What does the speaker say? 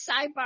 sidebar